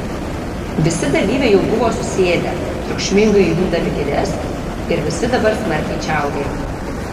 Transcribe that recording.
visi dalyviai jau buvo susėdę triukšmingai judindami kėdes ir visi dabar smarkiai čiaudėjo